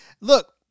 Look